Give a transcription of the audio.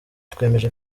twemeje